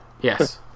Yes